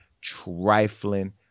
trifling